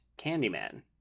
Candyman